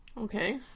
Okay